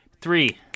three